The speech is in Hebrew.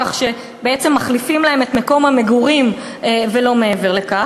כך שבעצם מחליפים להם את מקום המגורים ולא מעבר לכך.